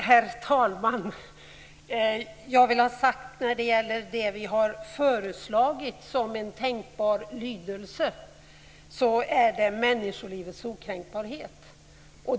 Herr talman! Vi har som en tänkbar lydelse föreslagit "människolivets okränkbarhet".